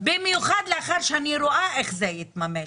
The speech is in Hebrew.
במיוחד לאחר שאני רואה איך זה בסוף יתממש.